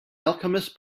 alchemist